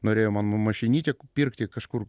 norėjo man mašinytę pirkti kažkur